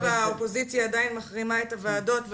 האופוזיציה עדיין מחרימה את הוועדות,